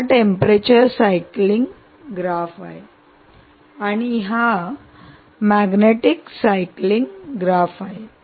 हा temperature cycling graph आहे आणि हा मॅग्नेटिक सायकलिंग ग्राफ आहे